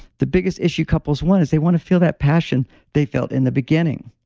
the biggest issue couples want is they want to feel that passion they felt in the beginning.